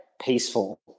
peaceful